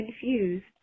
confused